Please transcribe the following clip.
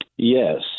Yes